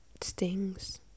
stings